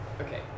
Okay